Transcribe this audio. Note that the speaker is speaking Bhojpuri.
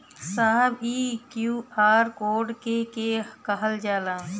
साहब इ क्यू.आर कोड के के कहल जाला?